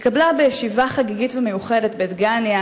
התקבלה בישיבה חגיגית ומיוחדת בדגניה